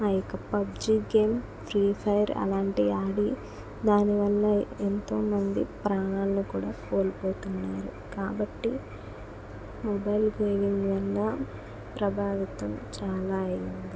ఆ యొక్క PUBG game free fire అలాంటి ఆడి దానివల్ల ఎంతోమంది ప్రాణాలు కూడా కోల్పోతున్నారు కాబట్టి మొబైల్ గేమింగ్ వల్ల ప్రభావితం చాలా అయ్యింది